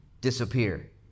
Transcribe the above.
disappear